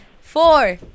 four